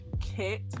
kit